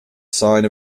sign